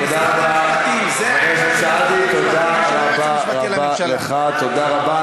תודה רבה.